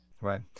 right